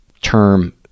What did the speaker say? term